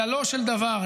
כללו של דבר,